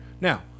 Now